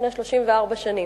לפני 34 שנים,